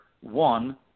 one